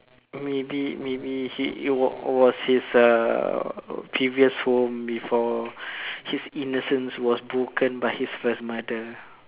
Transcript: maybe maybe he it was his uh previous home before his innocence was broken by his first mother